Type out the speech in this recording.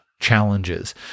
challenges